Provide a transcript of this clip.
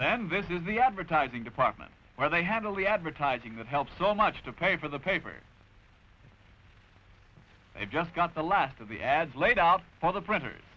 land this is the advertising department where they handle the advertising that helps so much to pay for the paper i've just got the last of the ads laid out for the printers